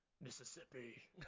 Mississippi